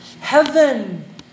Heaven